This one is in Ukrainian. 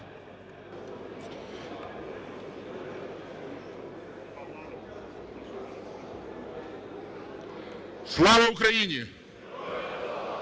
Слава Україні!